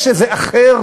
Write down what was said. יש איזה אחר,